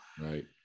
Right